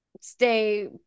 stay